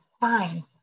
fine